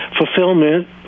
fulfillment